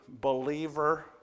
believer